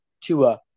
Tua